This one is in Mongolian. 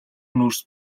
нүүрс